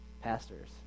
Pastors